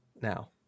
now